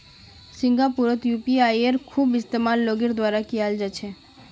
सिंगापुरतो यूपीआईयेर खूब इस्तेमाल लोगेर द्वारा कियाल जा छे